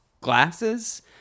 glasses